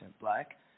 black